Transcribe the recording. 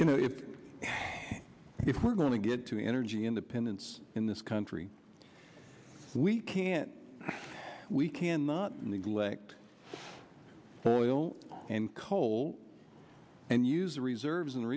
you know if if we're going to get to energy independence in this country we can't we cannot neglect the oil and coal and use the reserves and